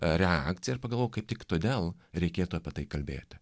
reakciją ir pagalvojau kaip tik todėl reikėtų apie tai kalbėti